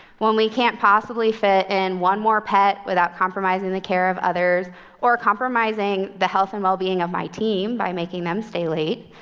when we can't possibly fit in one more pet without compromising the care of others or compromising the health and well-being of my team by making them stay late,